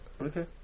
Okay